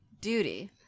Duty